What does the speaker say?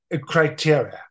criteria